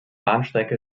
bahnstrecke